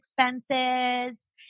expenses